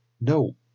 No